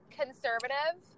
conservative